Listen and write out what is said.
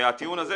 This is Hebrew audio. הטיעון הזה,